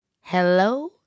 hello